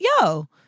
yo